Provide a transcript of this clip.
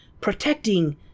protecting